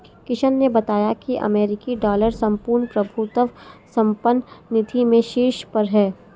किशन ने बताया की अमेरिकी डॉलर संपूर्ण प्रभुत्व संपन्न निधि में शीर्ष पर है